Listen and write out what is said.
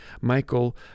Michael